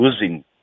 using